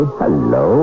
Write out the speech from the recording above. hello